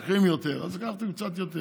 לוקחים יותר, אז לקחתם קצת יותר.